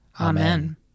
Amen